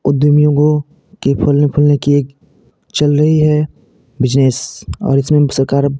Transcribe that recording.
उद्योगों के फलने फूलने की एक चल रही है बिजनेस और इसमें सरकार अब